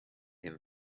him